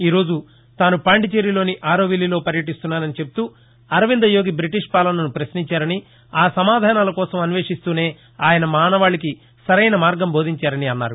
ఈరోజు తానూ పాండిచేరి లోని ఆరోవిల్లీ లో పర్యటిస్తున్నానని చెప్తూ అరవింద యోగి బ్రిటీష్ పాలనను ప్రశ్నించారని ఆ సమాధానాల కోసం అన్వేషిస్తూనే ఆయన మానవాళికి సరైన మార్గం బోధించారని అన్నారు